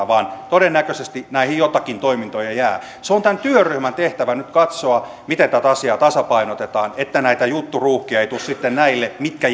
vaan todennäköisesti näihin joitakin toimintoja jää se on tämän työryhmän tehtävä nyt katsoa miten tätä asiaa tasapainotetaan niin että näitä jutturuuhkia ei tule sitten näille mitkä